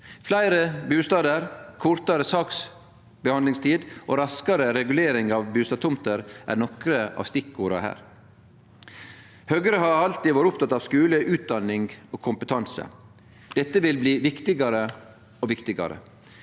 Fleire bustader, kortare saksbehandlingstid og raskare regulering av bustadtomter er nokre av stikkorda her. Høgre har alltid vore opptekne av skule, utdanning og kompetanse. Dette vil bli viktigare og viktigare.